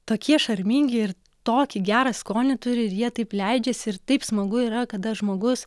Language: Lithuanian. tokie šarmingi ir tokį gerą skonį turi ir jie taip leidžiasi ir taip smagu yra kada žmogus